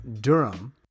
Durham